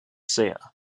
sehr